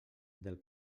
del